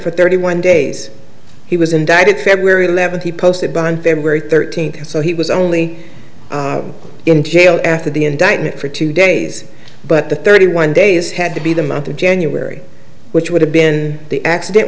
for thirty one days he was indicted february eleventh he posted by on february thirteenth so he was only in jail after the indictment for two days but the thirty one days had to be the month of january which would have been the accident